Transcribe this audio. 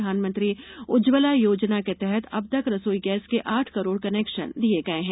प्रधानमंत्री उज्जवला योजना के तहत अब तक रसोई गैस के आठ करोड़ कनेक्शन दिये गये हैं